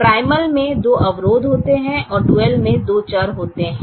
primal में दो अवरोध होते हैं और डुअल में दो चर होते हैं